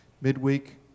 midweek